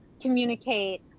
communicate